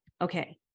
Okay